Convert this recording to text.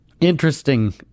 Interesting